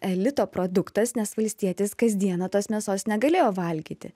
elito produktas nes valstietis kasdieną tos mėsos negalėjo valgyti